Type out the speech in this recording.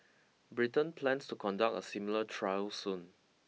Britain plans to conduct a similar trial soon